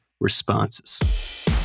responses